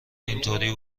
اینطوری